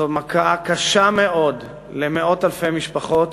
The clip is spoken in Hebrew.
זו מכה קשה מאוד למאות אלפי משפחות